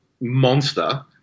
monster